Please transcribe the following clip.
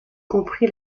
compris